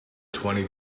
twenty